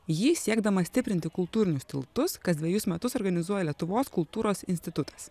ji siekdama stiprinti kultūrinius tiltus kas dvejus metus organizuoja lietuvos kultūros institutas